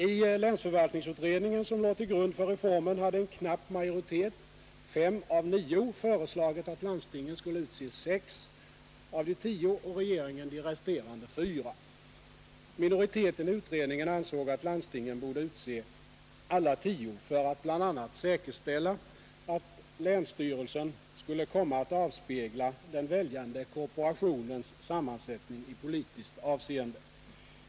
I länsförvaltningsutredningen, som låg till grund för reformen, hade en knapp majoritet — fem av nio — föreslagit att landstingen skulle utse sex av de tio och regeringen de resterande fyra. Minoriteten i utredningen ansåg att landstingen borde utse alla tio för att bl.a. säkerställa, att länsstyrelsen skulle komma att avspegla den väljande korporationens sammansättning i politiskt avseende.